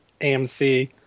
AMC